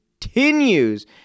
continues